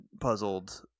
puzzled